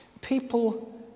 People